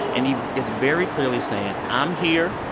and he is very clearly saying, i'm here.